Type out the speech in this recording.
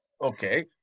Okay